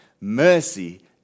mercy